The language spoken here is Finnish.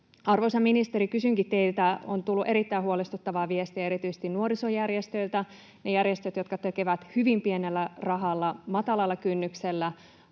Arvoisa ministeri, kysynkin teiltä: On tullut erittäin huolestuttavaa viestiä erityisesti nuorisojärjestöiltä, niiltä järjestöiltä, jotka tekevät hyvin pienellä rahalla matalalla kynnyksellä